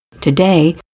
Today